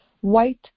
white